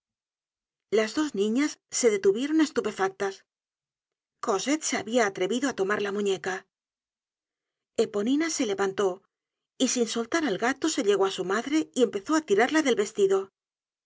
las dos niñas se detuvieron estupefactas cosette se habia atrevido á tomar la muñeca eponina se levantó y sin soltar el gato se llegó á su madre y empezó á tirarla del vestido